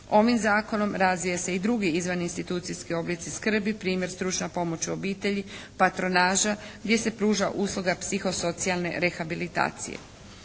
Ovim zakonom razvija se i drugi izvaninstitucijski oblici skrbi, primjer stručna pomoć u obitelji, patronaža, gdje se pruža usluga psihosocijalne rehabilitacije.